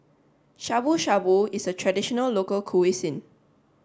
Shabu Shabu is a traditional local cuisine